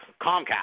Comcast